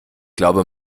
glaube